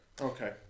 Okay